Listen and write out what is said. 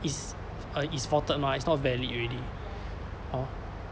is uh is faulted mah it's not valid already hor